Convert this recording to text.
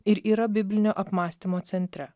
ir yra biblinio apmąstymo centre